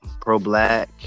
Pro-black